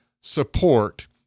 support